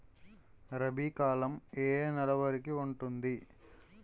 రబీ కాలం ఏ ఏ నెల వరికి ఉంటుంది?